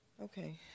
Okay